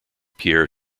pierre